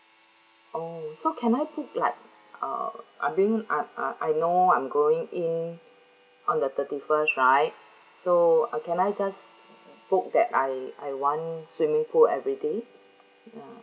oh so can I book like uh I mean uh uh I know I'm going in on the thirty first right so uh can I just book that I I want swimming pool everyday ya